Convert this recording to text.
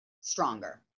stronger